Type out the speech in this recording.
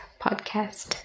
podcast